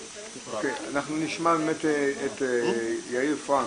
אנחנו נשמע את יאיר פראנק.